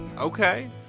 okay